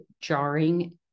jarring